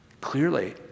Clearly